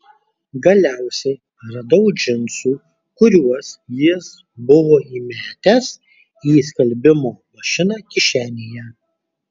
galiausiai radau džinsų kuriuos jis buvo įmetęs į skalbimo mašiną kišenėje